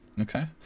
Okay